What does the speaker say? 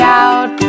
out